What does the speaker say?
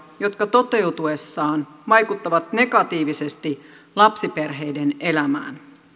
jotka toteutuessaan vaikuttavat negatiivisesti lapsiperheiden elämään